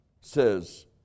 says